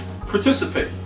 participate